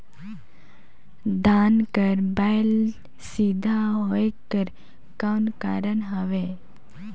धान कर बायल सीधा होयक कर कौन कारण हवे?